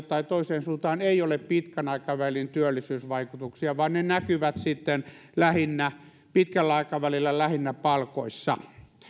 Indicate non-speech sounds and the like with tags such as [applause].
[unintelligible] tai toiseen suuntaan ei ole pitkän aikavälin työllisyysvaikutuksia vaan ne näkyvät sitten pitkällä aikavälillä lähinnä palkoissa